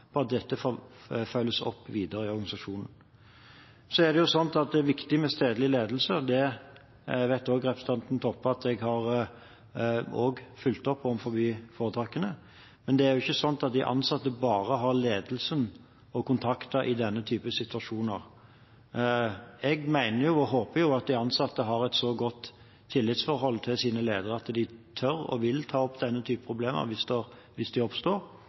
det slik at det er viktig med stedlig ledelse. Det vet representanten Toppe at jeg også har fulgt opp overfor foretakene. Men det er ikke slik at de ansatte bare har ledelsen å kontakte i denne typen situasjoner. Jeg mener og håper jo at de ansatte har et så godt tillitsforhold til sine ledere at de tør og vil ta opp denne typen problemer hvis de oppstår. Men hvis de